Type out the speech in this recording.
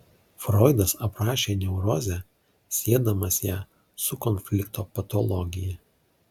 froidas aprašė neurozę siedamas ją su konflikto patologija